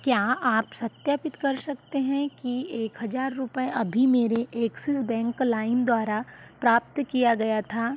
क्या आप सत्यापित कर सकते हैं कि एक हजार रुपये अभी मेरे एक्सिस बैंक लाइम द्वारा प्राप्त किया गया था